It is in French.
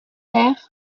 terre